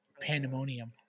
pandemonium